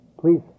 Please